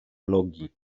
logii